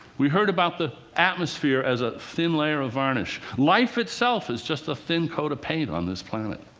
we heard about the atmosphere as a thin layer of varnish. life itself is just a thin coat of paint on this planet.